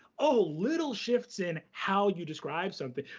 oh, little shifts in how you describe something.